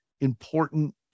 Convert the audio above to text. important